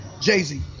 Jay-Z